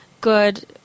Good